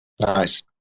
Nice